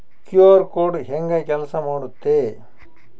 QR code ಹೆಂಗ ಕೆಲಸ ಮಾಡುತ್ತೆ?